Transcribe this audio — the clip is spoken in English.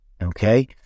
Okay